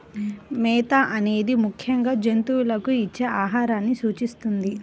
మేత అనేది ముఖ్యంగా జంతువులకు ఇచ్చే ఆహారాన్ని సూచిస్తుంది